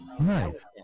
Nice